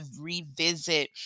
revisit